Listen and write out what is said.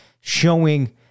showing